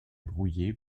brouillé